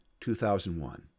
2001